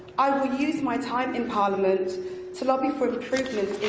i will use my time in parliament to lobby for improvements